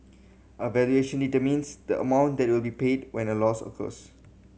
a valuation determines the amount that will be paid when a loss occurs